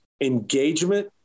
engagement